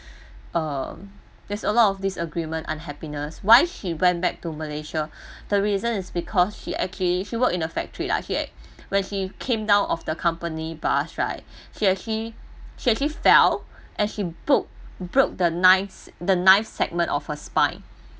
um there's a lot of disagreement unhappiness why she went back to malaysia the reason is because she actually she work in a factory lah when she came down of the company bus right she actually she actually fell and she broke broke the ninth s~ the ninth segment of her spine